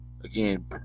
again